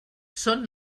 són